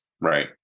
Right